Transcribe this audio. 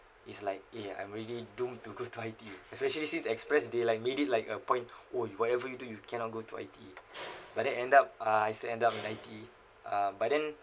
it's like eh I'm really doomed to go I_T_E especially since express they like ready like a point oh you whatever you do you cannot go to I_T_E but then end up uh I still end up in I_T_E um but then